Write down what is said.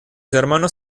hermanos